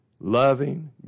Loving